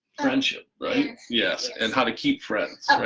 friendship, yes, and how to keep friends.